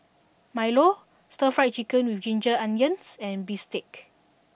Milo Stir Fry Chicken with Ginger Onions and Bistake